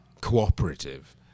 cooperative